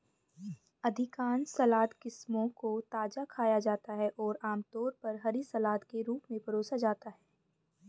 अधिकांश सलाद किस्मों को ताजा खाया जाता है और आमतौर पर हरी सलाद के रूप में परोसा जाता है